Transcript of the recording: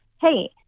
hey